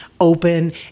open